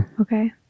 Okay